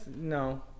no